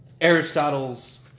Aristotle's